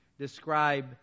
describe